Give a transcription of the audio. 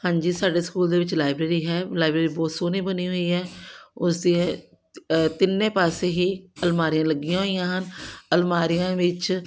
ਹਾਂਜੀ ਸਾਡੇ ਸਕੂਲ ਦੇ ਵਿੱਚ ਲਾਈਬ੍ਰੇਰੀ ਹੈ ਲਾਈਬ੍ਰੇਰੀ ਬਹੁਤ ਸੋਹਣੀ ਬਣੀ ਹੋਈ ਹੈ ਉਸਦੇ ਤਿੰਨੇ ਪਾਸੇ ਹੀ ਅਲਮਾਰੀਆਂ ਲੱਗੀਆਂ ਹੋਈਆਂ ਹਨ ਅਲਮਾਰੀਆਂ ਵਿੱਚ